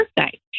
birthday